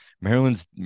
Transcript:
Maryland's